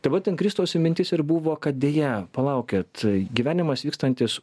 tai va ten kristaus mintis ir buvo kad deja palaukit gyvenimas vykstantis